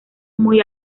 muy